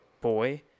boy